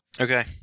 Okay